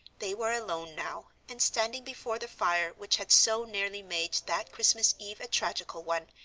they were alone now, and, standing before the fire which had so nearly made that christmas eve a tragical one,